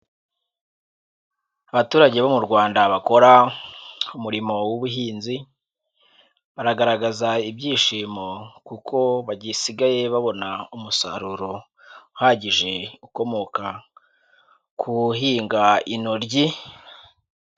Abaturage bo mu Rwanda bakora umurimo w'ubuhinzi, baragaragaza ibyishimo kuko bagisigaye babona umusaruro uhagije ukomoka ku guhinga intoryi.